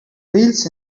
wheels